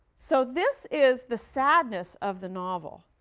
so, this is the sadness of the novel.